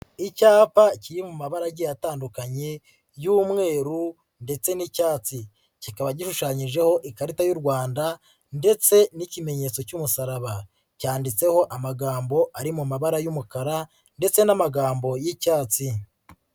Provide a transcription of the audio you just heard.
Icyapa kiri mu mabara agiye atandukanye y'umweru ndetse n'icyatsi, kikaba gishushanyijeho Ikarita y'u Rwanda ndetse n'ikimenyetso cy'umusaraba, cyanditseho amagambo ari mu mabara y'umukara ndetse n'amagambo y'icyatsi.